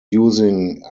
using